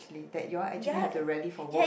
actually that you all actually have to rally for votes